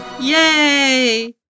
Yay